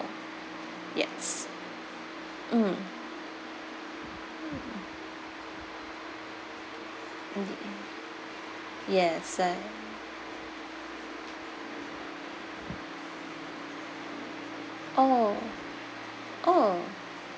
yes mm mm yes I oh oh